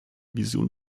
vision